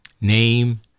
name